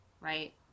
Right